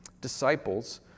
Disciples